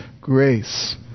grace